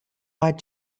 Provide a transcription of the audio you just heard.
white